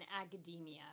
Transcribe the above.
academia